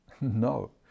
No